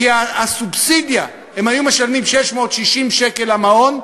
כי הסובסידיה, הן היו משלמות 660 שקל למעון,